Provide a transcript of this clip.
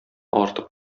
артык